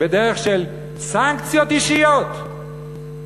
בדרך של סנקציות אישיות,